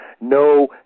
No